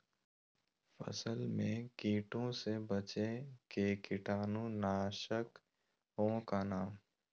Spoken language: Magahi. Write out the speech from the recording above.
फसल में कीटों से बचे के कीटाणु नाशक ओं का नाम?